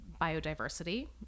biodiversity